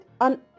on